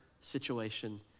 situation